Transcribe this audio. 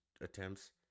attempts